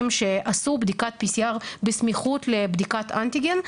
שעשו בדיקת PCR בסמיכות לבדיקת אנטיגן,